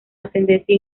ascendencia